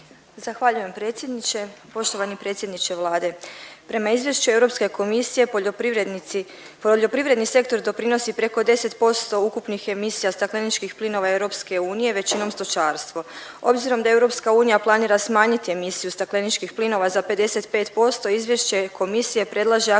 Zahvaljujem predsjedniče. Poštovani predsjedniče Vlade. Prema izvješću Europske komisije poljoprivredni sektor doprinosi preko 10% ukupnih emisija stakleničkih plinova EU većino stočarstvo. Obzirom da EU planira smanjiti emisiju stakleničkih plinova za 55% izvješće Komisije predlaže akcijske